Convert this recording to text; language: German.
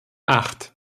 acht